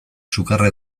sukarra